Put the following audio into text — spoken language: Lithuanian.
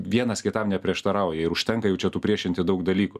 vienas kitam neprieštarauja ir užtenka jau čia tų priešinti daug dalykų